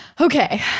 Okay